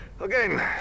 again